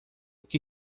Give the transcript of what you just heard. que